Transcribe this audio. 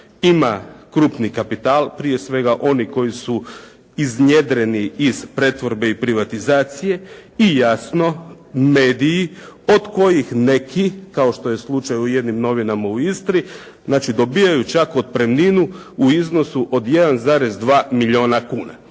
ima krupni kapital prije svega, oni koji su iznjedreni iz pretvorbe i privatizacije i jasno mediji od kojih neki, kao što je slučaj u jednim novinama u Istri, znači dobivaju čak otpremninu u iznosu od 1,2 milijuna kuna,